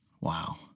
Wow